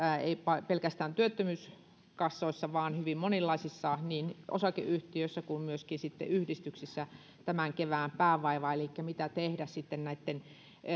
ei pelkästään työttömyyskassoissa vaan hyvin monenlaisissa niin osakeyhtiöissä kuin myöskin yhdistyksissä tämän kevään päänvaiva elikkä mitä tehdä näitten